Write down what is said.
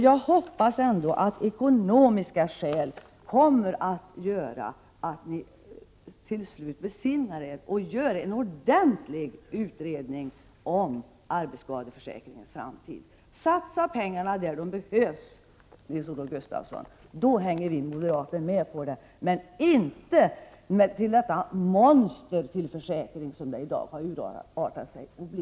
Jag hoppas att ekonomiska skäl kommer att göra att ni till slut besinnar er och genomför en ordentlig utredning om arbetsskadeförsäkringens framtid. Satsa pengarna där de behövs, Nils-Olof Gustafsson. Då är vi moderater med på det. Vi ställer oss dock inte bakom det monster till försäkring som arbetsskadeförsäkringen i dag har urartat till att bli.